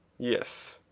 yes.